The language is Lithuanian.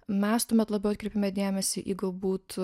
mes tuomet labiau atkreipėme dėmesį į galbūt